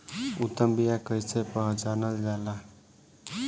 उत्तम बीया कईसे पहचानल जाला?